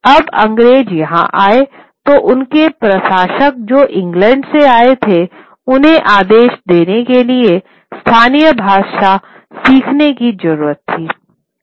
जब अंग्रेज यहां आए तो उनके प्रशासक जो इंग्लैंड से आए थे उन्हें आदेश देने के लिए स्थानीय भाषा सीखने की जरूरत थी